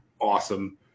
awesome